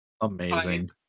Amazing